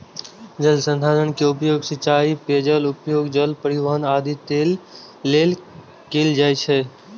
जल संसाधन के उपयोग सिंचाइ, पेयजल, उद्योग, जल परिवहन आदि लेल कैल जाइ छै